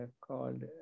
called